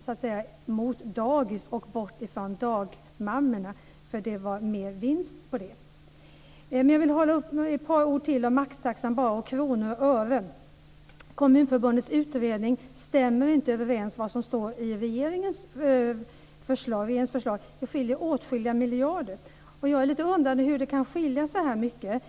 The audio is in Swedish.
så att säga driver mot dagis och bort från dagmammorna, då det är mer vinst på dagis. Jag vill bara säga ett par ord till om maxtaxan och kronor och ören. Kommunförbundets utredning stämmer inte överens med vad som står i regeringens förslag. Det skiljer åtskilliga miljarder. Jag undrar lite hur det kan skilja så mycket.